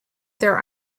their